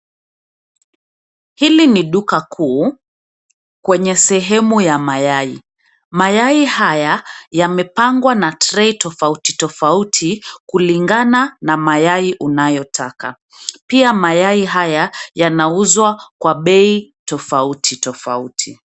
Hili ni duka kuu kwenye sehemu ya mayai. Mayai haya yamepangwa na tray tofauti tofauti kulingana na mayai unayotaka. Pia mayai haya yanauzwa kwa bei tofauti tofauti.